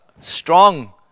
strong